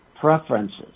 preferences